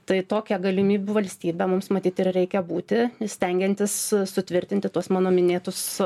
tai tokia galimybių valstybė mums matyt ir reikia būti stengiantis sutvirtinti tuos mano minėtus